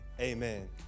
Amen